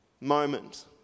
moment